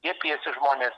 skiepijasi žmonės